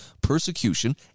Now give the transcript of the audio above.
persecution